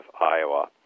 Iowa